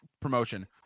Promotion